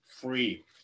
free